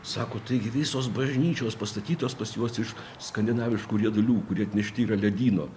sako taigi visos bažnyčios pastatytos pas juos iš skandinaviškų riedulių kurie atnešti yra ledyno